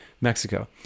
Mexico